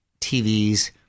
TVs